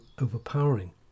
overpowering